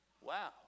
Wow